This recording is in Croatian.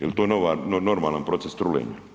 Jel to normalan proces truljenja?